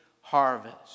harvest